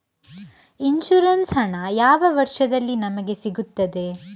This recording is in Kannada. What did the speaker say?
ಇನ್ಸೂರೆನ್ಸ್ ಹಣ ಯಾವ ವರ್ಷದಲ್ಲಿ ನಮಗೆ ಸಿಗುತ್ತದೆ?